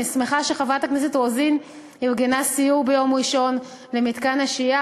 אני שמחה שחברת הכנסת רוזין ארגנה סיור ביום ראשון למתקן השהייה.